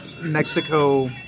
Mexico